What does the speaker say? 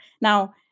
Now